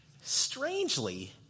strangely